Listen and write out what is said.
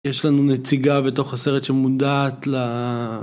יש לנו נציגה בתוך הסרט שמודעת ל...